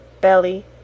BELLY